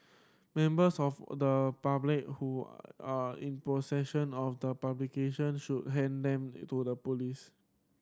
members of the public who are in possession of the publication should hand them to the police